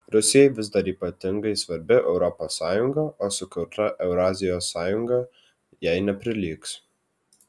rusijai vis dar ypatingai svarbi europos sąjunga o sukurta eurazijos sąjunga jai neprilygs